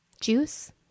juice